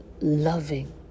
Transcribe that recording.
loving